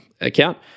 account